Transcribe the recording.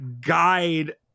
guide